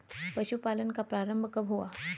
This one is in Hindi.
पशुपालन का प्रारंभ कब हुआ?